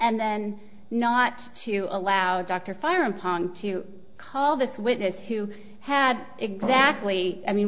and then not to allow dr fire upon to call this witness who had exactly i mean